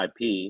IP